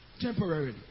Temporarily